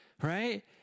right